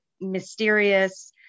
mysterious